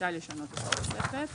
רשאי לשנות את התוספת.".